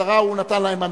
עשרה הוא נתן להם הנחה.